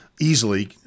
easily